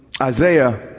Isaiah